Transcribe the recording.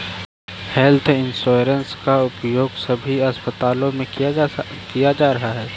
health insurance का उपयोग सभी अस्पतालों में किया जा रहा है